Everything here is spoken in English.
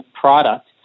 product